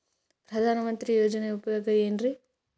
ಪ್ರಧಾನಮಂತ್ರಿ ಯೋಜನೆ ಉಪಯೋಗ ಏನ್ರೀ?